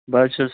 بہٕ حظ چھَس